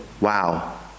Wow